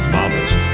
Mama's